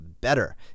better